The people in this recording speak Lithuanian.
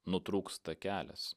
nutrūksta kelias